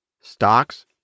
Stocks